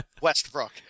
Westbrook